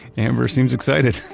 amber seems excited